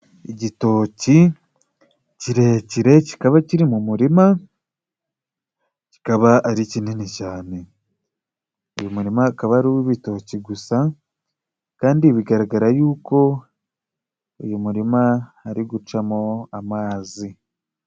Igitoki kirekire kikaba kiri mu murima, kikaba ari kinini cyane. Uyu murima akaba ari uwibitoki gusa, kandi bigaragara yuko uyu murima hari gucamo amazi.